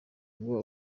ngo